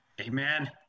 Amen